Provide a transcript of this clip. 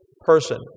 person